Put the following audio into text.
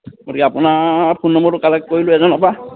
গতিকে আপোনাৰ ফোন নম্বৰটো কালেক্ট কৰিলোঁ এজনৰ পৰা